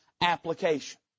application